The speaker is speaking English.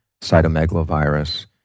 cytomegalovirus